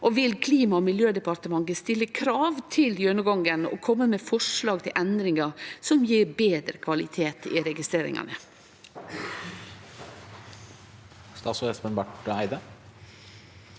vil Klima- og miljødepartementet stille krav til gjennomgangen og kome med forslag til endringar som gjev betre kvalitet i registreringane?